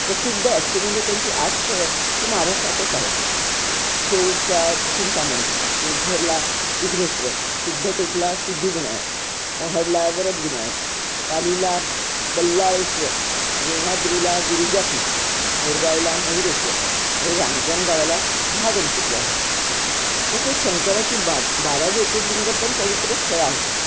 प्रसिद्ध अष्टविनायकांची आठ स्थळं ही महाराष्ट्रातच आहेत थेउरचा चिंतामणी ओझरला विघ्नेश्वर सिद्धटेकला सिद्धिविनायक महडला वरदविनायक पालीला बल्लाळेश्वर लेण्याद्रीला गिरीजात्मक मोरगावला मयूरेश्वर आणि रांजणगावला महागणपती आहे तसेच शंकराची बा बारा ज्योतिर्लिंगपण पवित्र स्थळं आहेत